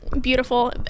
beautiful